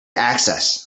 access